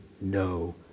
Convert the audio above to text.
no